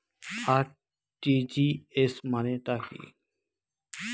RTGS মানে টা কি?